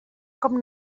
com